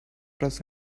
trust